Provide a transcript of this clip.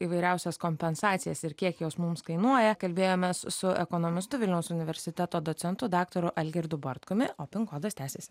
įvairiausias kompensacijas ir kiek jos mums kainuoja kalbėjomės su ekonomistu vilniaus universiteto docentu dr algirdu bartkumi o pin kodas tęsiasi